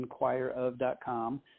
inquireof.com